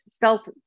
felt